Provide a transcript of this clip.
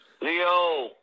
Leo